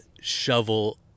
shovel